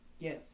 Yes